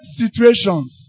situations